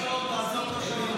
תעצור את השעון.